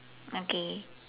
okay